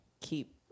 keep